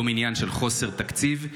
לא מעניין של חוסר תקציב,